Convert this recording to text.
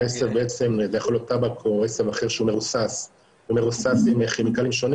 כשעשב יכול להיות טבק או עשב אחר שמרוסס עם כימיקלים שונים